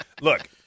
Look